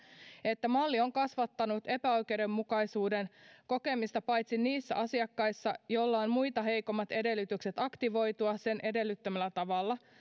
että malli on kasvattanut epäoikeudenmukaisuuden kokemista paitsi niissä asiakkaissa joilla on muita heikommat edellytykset aktivoitua sen edellyttämällä tavalla